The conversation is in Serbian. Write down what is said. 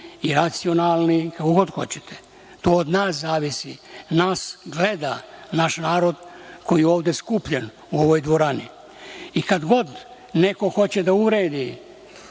i racionalni, kako god hoćete. To od nas zavisi. Nas gleda naš narod, koji je ovde skupljen u ovoj dvorani. I kad god neko hoće da uvredi